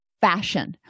fashion